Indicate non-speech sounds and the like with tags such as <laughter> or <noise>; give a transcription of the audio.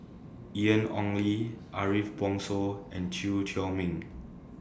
Ian Ong <noise> Li Ariff Bongso and Chew Chor Meng <noise>